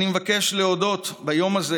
אני מבקש להודות ביום הזה